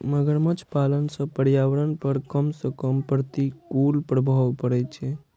मगरमच्छ पालन सं पर्यावरण पर कम सं कम प्रतिकूल प्रभाव पड़ै छै